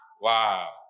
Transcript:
Wow